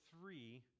three